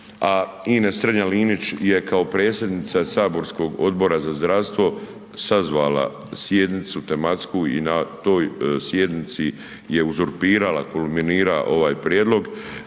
a Ines Strenja Linić je kao predsjednica saborskog Odbora za zdravstvo sazvala sjednicu tematsku i na toj sjednici je uzurpirala, kulminira ovaj prijedlog